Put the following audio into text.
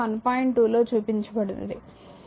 2 లో చూపించబడినది